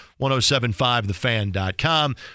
1075thefan.com